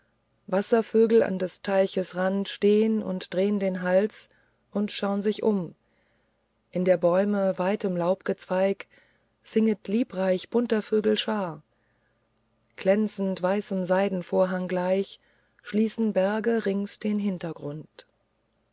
wasservögel an des teiches strand steh'n und dreh'n den hals und schau'n sich um in der bäume weitem laubgezweig singet lieblich bunter vögel schar glänzend weißem seidenvorhang gleich schließen berge rings den hintergrund